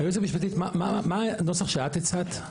היועצת המשפטית, מה הנוסח שאת הצעת?